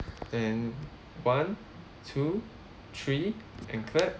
and one two three and clap